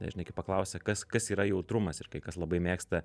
žinai kai paklausia kas kas yra jautrumas ir kai kas labai mėgsta